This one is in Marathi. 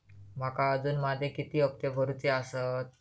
माका अजून माझे किती हप्ते भरूचे आसत?